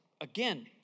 Again